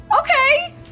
okay